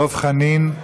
דב חנין,